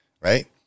right